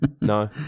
No